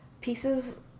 pieces